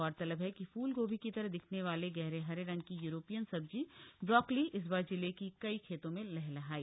गौरतलब हा कि फूलगोभी की तरह दिखने वाली गहरे हरे रंग की य्रोपियन सब्जी ब्रोकली इस बार जिले के कई खेतों में लहलहाई